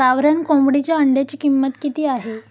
गावरान कोंबडीच्या अंड्याची किंमत किती आहे?